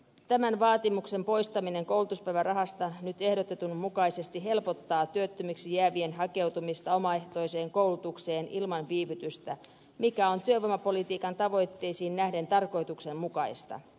tämän vaatimuksen poistaminen koulutuspäivärahasta nyt ehdotetun mukaisesti helpottaa työttömiksi jäävien hakeutumista omaehtoiseen koulutukseen ilman viivytystä mikä on työvoimapolitiikan tavoitteisiin nähden tarkoituksenmukaista